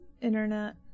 internet